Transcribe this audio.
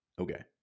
Okay